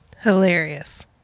hilarious